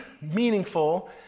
meaningful